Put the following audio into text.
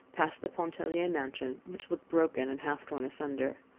passed the pontellier mansion, which looked broken and half torn asunder.